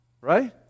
Right